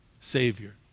Savior